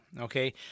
Okay